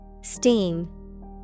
Steam